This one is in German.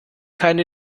keine